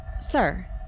Sir